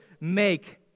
make